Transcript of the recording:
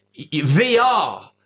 VR